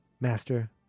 Master